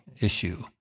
issue